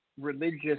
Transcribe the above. religious